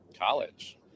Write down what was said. College